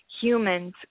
humans